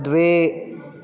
द्वे